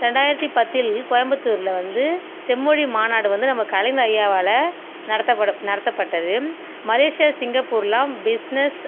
ரெண்டாயிரத்து பத்தில் கோயம்பத்தூரில் வந்து செம்மொழி மாநாடு வந்து நம்ம கலைஞர் ஐயாவால் நடத்தப்பட நடத்தப்பட்டது மலேசியா சிங்கப்பூர்லாம் பிஸ்னஸ்